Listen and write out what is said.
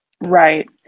Right